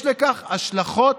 יש לכך השלכות